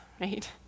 right